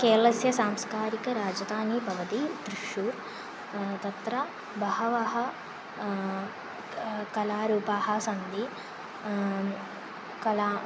केरळस्य सांस्कारिकराजधानि भवति त्रिश्शूर् तत्र बहवः कलारूपाः सन्ति कला